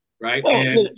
Right